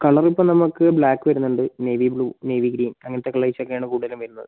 colour ഇപ്പം നമുക്ക് black വരുന്നുണ്ട് നേവി ബ്ലൂ നേവി ഗ്രീൻ അങ്ങനത്ത കളേഴ്സ് ഒക്കെ ആണ് കൂടുതലും വരുന്നത്